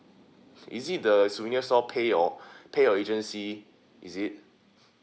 is it the souvenir store pay your pay your agency is it